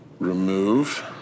Remove